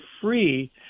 free